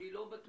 אני לא בטוח